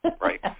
Right